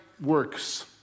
works